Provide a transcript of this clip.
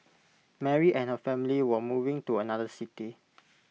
Mary and her family were moving to another city